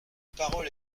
parole